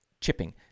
chipping